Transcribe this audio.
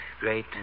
great